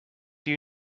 you